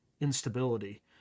instability